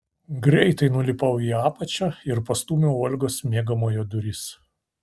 greitai nulipau į apačią ir pastūmiau olgos miegamojo duris